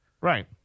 Right